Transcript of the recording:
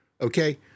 Okay